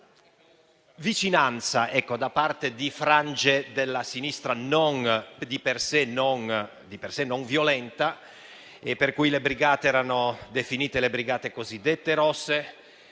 vicinanza da parte di frange della sinistra non violenta, per cui le brigate erano definite le brigate cosiddette rosse,